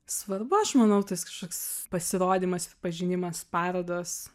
svarbu aš manau tas kažkoks pasirodymas pažinimas parodos